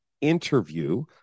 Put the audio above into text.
interview